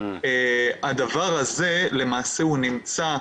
הדבר הזה נמצא,